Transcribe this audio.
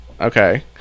okay